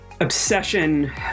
obsession